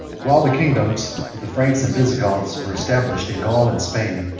while the kingdom of the franks and visigoths were established in gaul and spain,